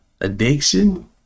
Addiction